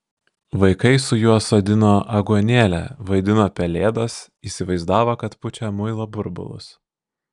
vaikai su juo sodino aguonėlę vaidino pelėdas įsivaizdavo kad pučia muilo burbulus